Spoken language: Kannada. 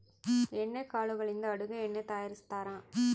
ಎಣ್ಣೆ ಕಾಳುಗಳಿಂದ ಅಡುಗೆ ಎಣ್ಣೆ ತಯಾರಿಸ್ತಾರಾ